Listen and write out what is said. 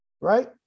Right